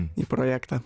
į projektą